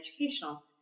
educational